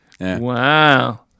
Wow